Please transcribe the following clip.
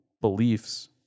beliefs